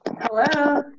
Hello